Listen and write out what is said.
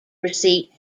receipt